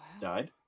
Died